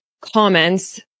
comments